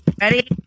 Ready